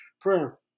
prayer